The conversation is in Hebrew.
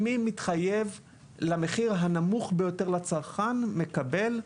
מי שמתחייב למחיר הנמוך ביותר לצרכן, מקבל.